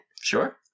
Sure